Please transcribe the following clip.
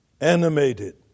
animated